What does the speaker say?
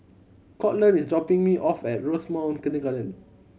Courtland is dropping me off at Rosemount Kindergarten